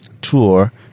tour